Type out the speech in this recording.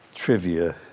Trivia